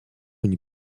une